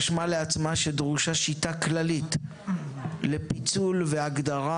רשמה לעצמה שדרושה שיטה כללית לפיצול והגדרה